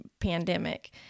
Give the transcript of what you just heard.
pandemic